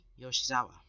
Yoshizawa